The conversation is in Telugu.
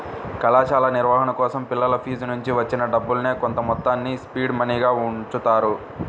కళాశాల నిర్వహణ కోసం పిల్లల ఫీజునుంచి వచ్చిన డబ్బుల్నే కొంతమొత్తాన్ని సీడ్ మనీగా ఉంచుతారు